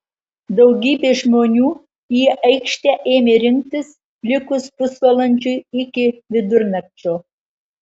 daugybė žmonių į aikštę ėmė rinktis likus pusvalandžiui iki vidurnakčio